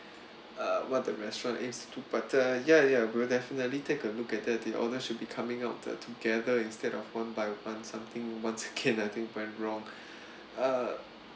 uh what the restaurant aims to better ya ya we'll definitely take a look at the orders should be coming out the together instead of one by one something once against primary wrong uh